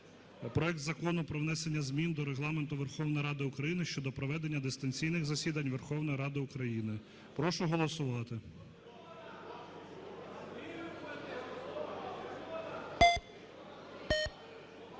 проект Закону про внесення змін до Регламенту Верховної Ради України щодо проведення дистанційних засідань Верховної Ради України. Прошу голосувати.